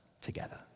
together